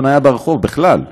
חניה ברחוב בכלל,